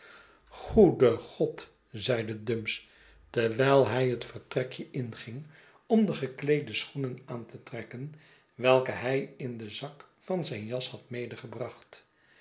goede god zeide dumps terwijl hij het vertrekje inging om de gekleede schoenen aan te trekken welke hij in den zak van zijn jas had